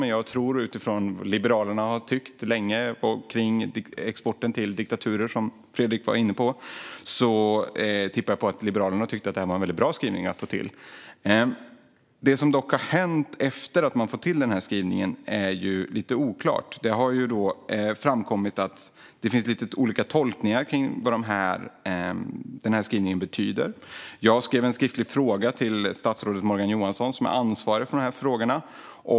Men utifrån vad Liberalerna länge har tyckt om export till diktaturer, som Fredrik var inne på, tippar jag att Liberalerna tyckte att det var väldigt bra att få till en sådan skrivning. Det är dock lite oklart vad som har hänt efter att man fått till denna skrivning. Det har framkommit att det finns lite olika tolkningar av vad skrivningen betyder. Jag ställde en skriftlig fråga till statsrådet Morgan Johansson, som är ansvarig för dessa frågor.